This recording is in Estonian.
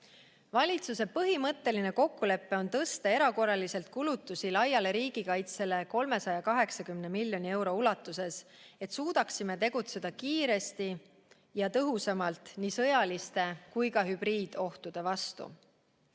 Valitsuse põhimõtteline kokkulepe on tõsta erakorraliselt kulutusi laiale riigikaitsele 380 miljoni euro ulatuses, et suudaksime tegutseda kiiresti ja tõhusamalt nii sõjaliste kui ka hübriidohtude vastu.